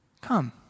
come